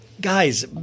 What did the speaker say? guys